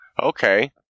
Okay